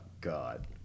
God